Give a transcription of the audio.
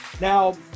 Now